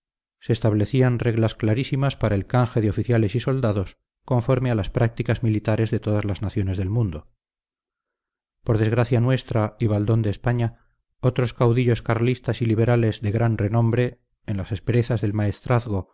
se establecían reglas clarísimas para el canje de oficiales y soldados conforme a las prácticas militares de todas las naciones del mundo por desgracia nuestra y baldón de españa otros caudillos carlistas y liberales de gran renombre en las asperezas del maestrazgo